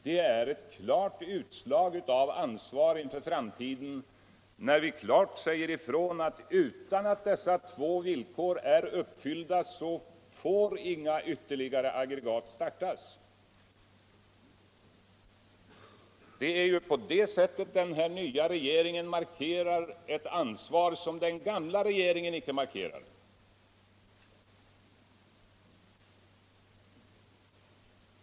det är ett klart utslag av ansvar inför framtiden när vi säger ifrån att utan att dessa två villkor är uppfyllda får inget ytterligare aggregat startas. Den nya regeringen markerar här ett ansvar som den gamla regeringen icke markerade.